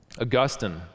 Augustine